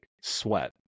sweat